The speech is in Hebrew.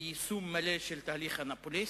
ביישום מלא של תהליך אנאפוליס,